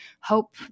hope